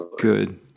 Good